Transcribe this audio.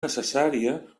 necessària